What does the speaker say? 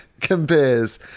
compares